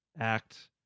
act